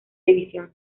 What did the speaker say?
división